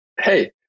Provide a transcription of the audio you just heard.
hey